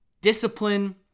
discipline